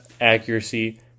Accuracy